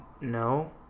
no